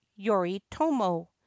yoritomo